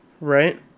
Right